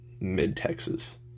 mid-Texas